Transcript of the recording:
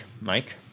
Mike